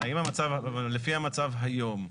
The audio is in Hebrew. לפי המצב היום,